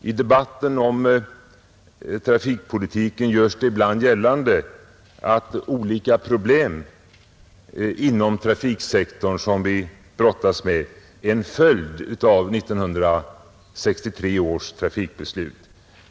I debatten om trafikpolitiken göres ibland gällande att olika problem inom trafiksektorn som vi brottas med är en följd av 1963 års trafikbeslut.